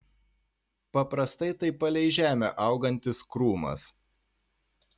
paprastai tai palei žemę augantis krūmas